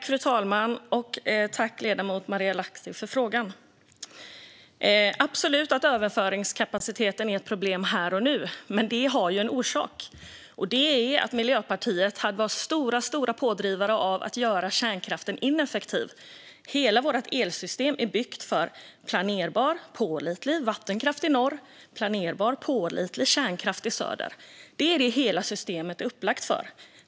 Fru talman! Tack, ledamoten Marielle Lahti, för frågan! Överföringskapaciteten är absolut ett problem här och nu, men det har en orsak. Det är att Miljöpartiet var stora pådrivare för att göra kärnkraften ineffektiv. Hela vårt elsystem är byggt för planerbar, pålitlig vattenkraft i norr och planerbar, pålitlig kärnkraft i söder. Det är hela systemet uppbyggt för.